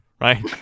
right